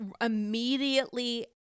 immediately